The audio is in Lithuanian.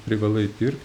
privalai dirbt